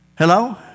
Hello